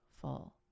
full